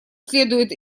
следует